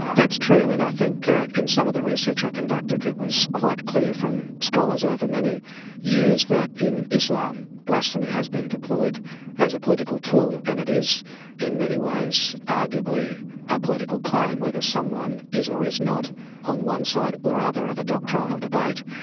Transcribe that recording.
that's true, and i think in some of the research i conducted it was quite clear from scholars over many years that in islam, blasphemy has been deployed as a political tool, and it is in many ways arguably a political claim, whether someone is or is not one side or other of a doctrinal debate,